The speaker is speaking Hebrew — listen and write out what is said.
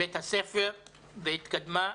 בית הספר והתקדמה בדרגה.